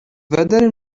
weather